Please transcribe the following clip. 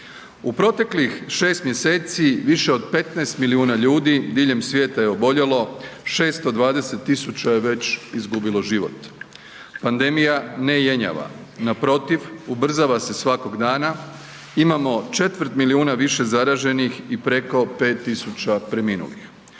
U proteklih 6 mjeseci više od 15 milijuna ljudi diljem svijeta je oboljelo, 620 tisuća je već izgubilo život. Pandemija ne jenjava, naprotiv, ubrzava se svakog dana, imamo četvrt milijuna više zaraženih i preko 5 tisuća preminulih.